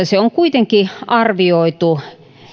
se on kuitenkin arvioitu